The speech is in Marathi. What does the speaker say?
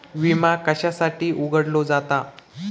विमा कशासाठी उघडलो जाता?